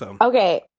Okay